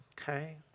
Okay